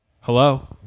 Hello